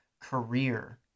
career